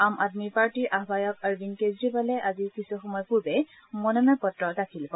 আম আদমিৰ পাৰ্টীৰ আয়ায়ক অৰবিন্দ কেজৰিৱালে আজি কিছুসময় পূৰ্বে মনোনয়ন পত্ৰ দাখিল কৰে